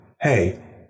hey